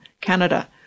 Canada